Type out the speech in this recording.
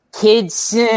kids